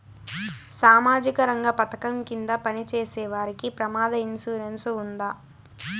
సామాజిక రంగ పథకం కింద పని చేసేవారికి ప్రమాద ఇన్సూరెన్సు ఉందా?